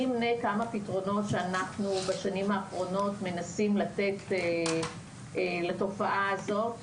אני אמנה כמה פתרונות שאנחנו מנסים לתת לתופעה הזו בשנים האחרונות.